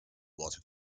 wort